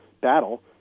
battle